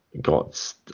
got